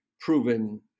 proven